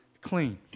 clean